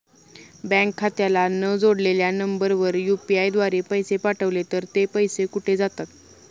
Bank खात्याला न जोडलेल्या नंबरवर यु.पी.आय द्वारे पैसे पाठवले तर ते पैसे कुठे जातात?